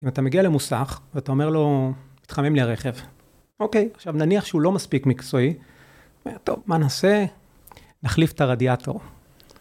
אם אתה מגיע למוסך, ואתה אומר לו, מתחמם לי הרכב. אוקיי, עכשיו נניח שהוא לא מספיק מקצועי, הוא אומר, טוב, מה נעשה? נחליף את הרדיאטור.